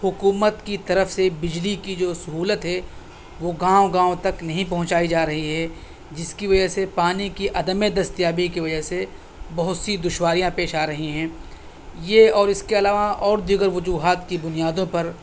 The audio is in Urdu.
حکومت کی طرف سے بجلی کی جو سہولت ہے وہ گاؤں گاؤں تک نہیں پہنچائی جا رہی ہے جس کی وجہ سے پانی کی عدم دستیابی کی وجہ سے بہت سی دشواریاں پیش آ رہی ہیں یہ اور اس کے علاوہ اور دیگر وجوہات کی بنیادوں پر